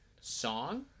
song